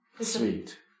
sweet